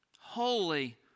Holy